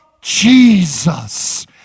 Jesus